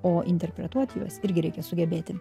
o interpretuot juos irgi reikia sugebėti